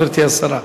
גברתי השרה.